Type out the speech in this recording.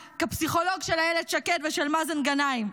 כפסיכולוג של איילת שקד ושל מאזן גנאים,